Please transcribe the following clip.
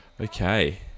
Okay